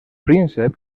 príncep